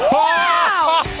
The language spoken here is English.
wow.